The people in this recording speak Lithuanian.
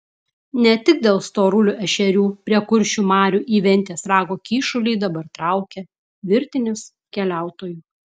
ne tik dėl storulių ešerių prie kuršių marių į ventės rago kyšulį dabar traukia virtinės keliautojų